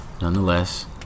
nonetheless